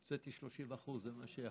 הוצאתי 30%. זה מה שיכולתי.